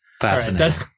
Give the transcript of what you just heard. fascinating